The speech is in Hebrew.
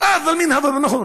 (אומר משפט בערבית.) נכון.